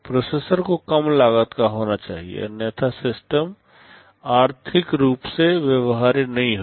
processor को कम लागत का होना चाहिए अन्यथा सिस्टम आर्थिक रूप से व्यवहार्य नहीं होगी